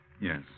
Yes